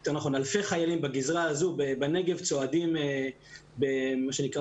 יותר נכון אלפי חיילים בגזרה הזו בנגב צועדים במה שנקרא